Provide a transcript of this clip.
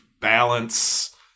balance